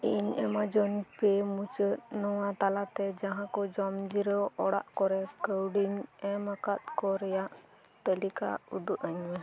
ᱤᱧ ᱮᱢᱟᱡᱚᱱ ᱯᱮ ᱢᱩᱪᱟᱹᱫ ᱱᱚᱣᱟ ᱛᱟᱞᱟᱛᱮ ᱡᱟᱸᱦᱟ ᱠᱚ ᱡᱚᱢᱡᱤᱨᱟᱹ ᱚᱲᱟᱜ ᱠᱚᱨᱮ ᱠᱟᱹᱣᱰᱤᱧ ᱮᱢᱟᱠᱟᱫ ᱠᱚ ᱨᱮᱭᱟᱜ ᱛᱟᱹᱞᱤᱠᱟ ᱩᱫᱩᱜ ᱟᱹᱧ ᱢᱮ